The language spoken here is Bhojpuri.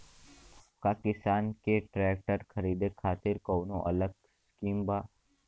का किसान के ट्रैक्टर खरीदे खातिर कौनो अलग स्किम बा?